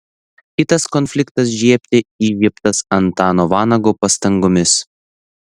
kitas konfliktas žiebte įžiebtas antano vanago pastangomis